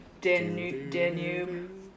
Danube